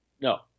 no